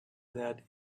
that